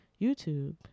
YouTube